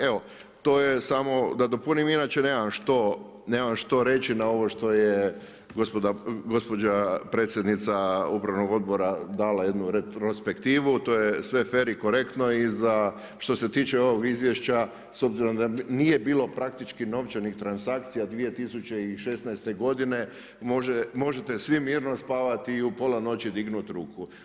Evo, to je samo da dopunim, inače nemam što reći na ovo što je gospođa predsjednica upravnog odbora dala jednu respektivnu, to je sve fer i korektno i što se tiče ovog izvješća s obzirom da nije bilo praktičkih novčanih transakcija 2016. možete svi mirno spavati i u pola noći dignuti ruku.